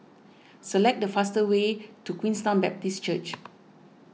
select the fastest way to Queenstown Baptist Church